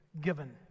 given